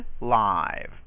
live